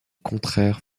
contraires